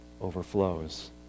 overflows